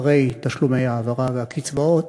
אחרי תשלומי ההעברה והקצבאות.